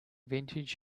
vintage